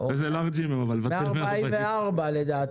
1145 זאת